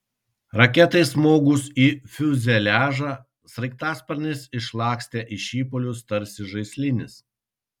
raketai smogus į fiuzeliažą sraigtasparnis išlakstė į šipulius tarsi žaislinis